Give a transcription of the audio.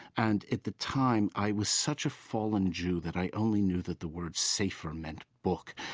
and at the time, i was such a fallen jew that i only knew that the word sefer meant book.